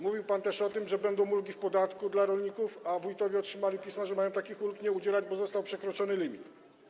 Mówił pan też o tym, że będą ulgi w podatku dla rolników, a wójtowie otrzymali pisma, że mają takich ulg nie udzielać, bo został przekroczony limit.